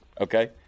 Okay